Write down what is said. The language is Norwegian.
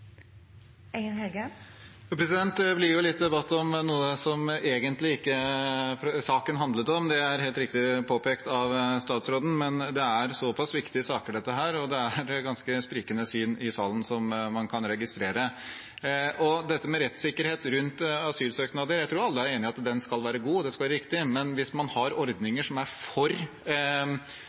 Det blir jo litt debatt om noe av det som saken egentlig ikke handler om – det er helt riktig påpekt av statsråden. Men dette er såpass viktige saker, og det er ganske sprikende syn i salen, som man kan registrere. Når det gjelder rettssikkerhet rundt asylsøknader, tror jeg alle er enig i at den skal være god, og det skal være riktig. Men hvis man har ordninger som er for